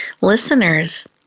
listeners